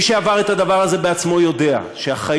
מי שעבר את הדבר הזה בעצמו יודע שהחיים